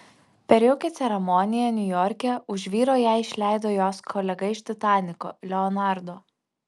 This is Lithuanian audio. per jaukią ceremoniją niujorke už vyro ją išleido jos kolega iš titaniko leonardo